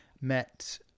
met